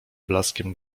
blaskiem